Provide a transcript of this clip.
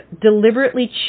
deliberately